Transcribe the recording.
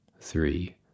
three